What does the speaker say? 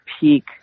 peak